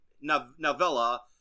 novella